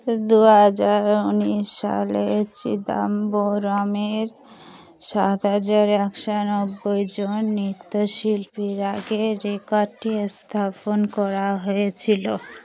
দু হাজার উনিশ সালে চিদম্বরমের সাত হাজার একশ নব্বইজন নৃত্যশিল্পী আগের রেকর্ডটি স্থাপন করা হয়েছিলো